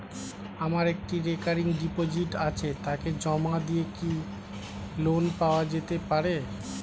আমার একটি recurring deposit আছে তাকে জমা দিয়ে কি লোন পাওয়া যেতে পারে?